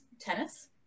tennis